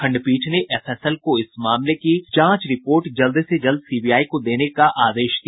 खंडपीठ ने एफएसएल को इस मामले की जांच रिपोर्ट जल्द से जल्द सीबीआई को देने का आदेश दिया